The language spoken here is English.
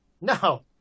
No